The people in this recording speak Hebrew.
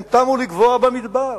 הם תמו לגווע במדבר.